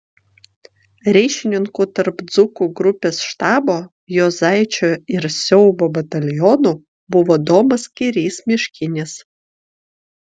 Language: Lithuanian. ryšininku tarp dzūkų grupės štabo juozaičio ir siaubo batalionų buvo domas kirys miškinis